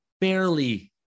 barely